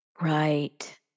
Right